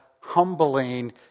humbling